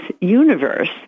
universe